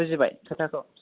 बुजिबाय खोथाखौ